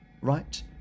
right